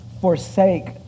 forsake